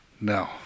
No